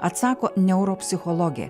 atsako neuropsichologė